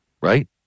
Right